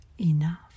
enough